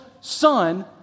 son